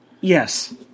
Yes